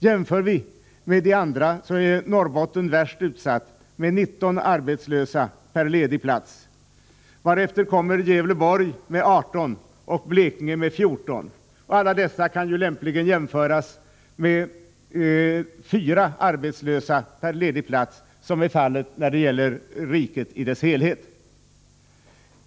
Jämfört med de andra länen är Norrbotten värst ute med 19 arbetslösa per ledig plats, varefter kommer Gävleborg med 18 och Blekinge med 14. Detta kan lämpligen jämföras med 4 arbetslösa per ledig plats för riket i dess helhet.